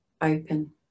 open